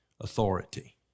authority